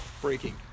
breaking